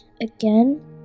again